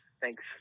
Thanks